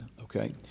Okay